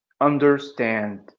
understand